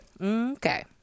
Okay